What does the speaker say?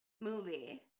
movie